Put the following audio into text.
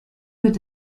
mit